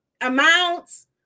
amounts